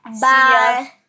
bye